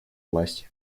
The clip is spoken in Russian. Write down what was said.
власти